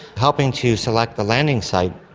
helping to select the landing site.